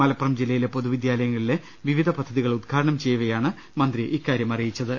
മലപ്പുറം ജില്ലയിലെ പൊതുവിദ്യാലയങ്ങളിലെ വിവിധ പദ്ധതികൾ ഉദ്ഘാടനം ചെയ്യവെയാണ് മന്ത്രി ഇക്കാര്യം വൃക്തമാക്കിയത്